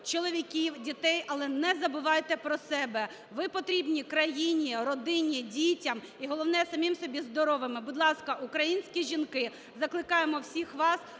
чоловіків, дітей, але не забувайте про себе! Ви потрібні країні, родині, дітям, і головне– самим собі, здоровими. Будь ласка, українські жінки, закликаємо всіх вас